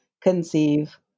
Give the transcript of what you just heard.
conceive